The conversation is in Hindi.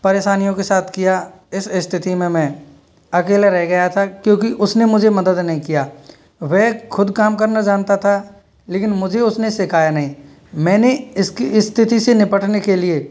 परेशानियों के साथ किया इस स्थिति में मैं अकेला रह गया था क्योंकि उसने मुझे मदद नहीं किया वह खुद काम करना जानता था लेकिन मुझे उसने सिखाया नहीं मैंने इसकी स्थिति से निपटने के लिए